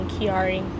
Kiari